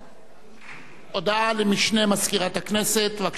הודעה למשנה למזכירת הכנסת, בבקשה.